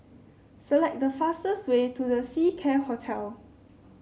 select the fastest way to The Seacare Hotel